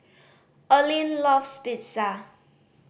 Olin loves Pizza